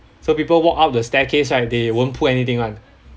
so people walk up the staircase right they won't pull anything [one]